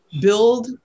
build